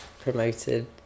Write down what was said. promoted